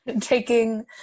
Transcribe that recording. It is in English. Taking